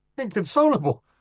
Inconsolable